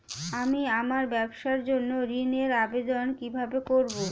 আমি আমার ব্যবসার জন্য ঋণ এর আবেদন কিভাবে করব?